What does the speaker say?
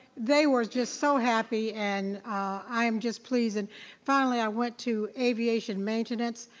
they were just so happy. and i'm just pleased and finally i went to aviation maintenance,